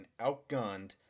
outgunned